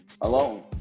alone